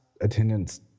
Attendance